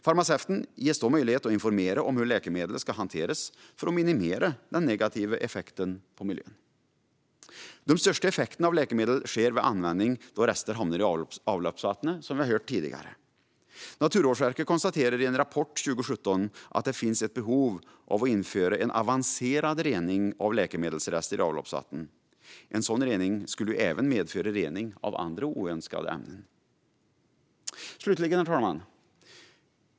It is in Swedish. Farmaceuten ges då möjlighet att informera om hur läkemedlet ska hanteras för att minimera den negativa effekten på miljön. De största effekterna av läkemedel sker vid användning då rester hamnar i avloppsvattnet, som vi hört tidigare. Naturvårdsverket konstaterar i en rapport från 2017 att det finns ett behov av att införa avancerad rening av läkemedelsrester i avloppsvatten. Sådan rening skulle även medföra rening av andra oönskade ämnen. Herr talman!